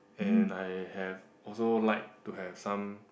and I have also like to have some